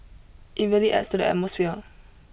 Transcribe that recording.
it really adds to the atmosphere